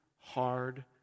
hard